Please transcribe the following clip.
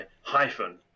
hyphen